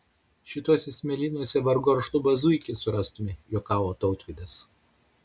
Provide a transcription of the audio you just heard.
šituose smėlynuose vargu ar šlubą zuikį surastumei juokavo tautvydas